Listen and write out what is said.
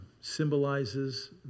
symbolizes